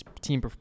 team